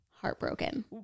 heartbroken